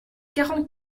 quarante